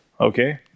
okay